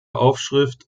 aufschrift